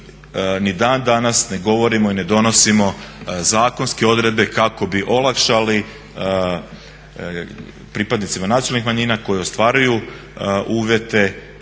ni dan danas ne govorimo i ne donosimo zakonske odredbe kako bi olakšali pripadnicima nacionalnih manjina koji ostvaruju uvjete